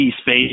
space